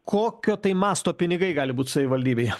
kokio tai masto pinigai gali būt savivaldybėje